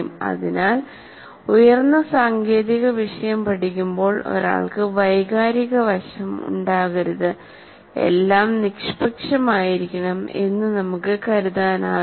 അതിനാൽഉയർന്ന സാങ്കേതിക വിഷയം പഠിക്കുമ്പോൾ ഒരാൾക്ക് വൈകാരിക വശം ഉണ്ടാകരുത് എല്ലാം നിഷ്പക്ഷമായിരിക്കണം എന്ന് നമുക്ക് കരുതാനാവില്ല